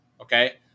okay